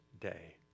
day